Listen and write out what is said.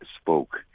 spoke